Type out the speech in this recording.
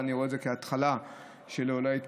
ואני רואה את זה כהתחלה של ההתפוררות,